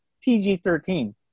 PG-13